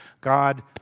God